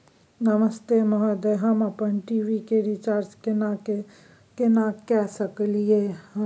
नमस्ते महोदय, हम अपन टी.वी के रिचार्ज केना के सकलियै हन?